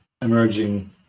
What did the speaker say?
emerging